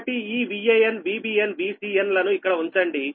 కాబట్టి ఈ Van Vbn Vcn లను ఇక్కడ ఉంచండి